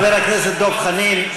חבר הכנסת דב חנין,